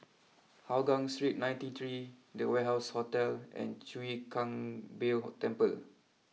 Hougang Street ninety three the Warehouse Hotel and Chwee Kang Beo Temple